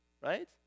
Right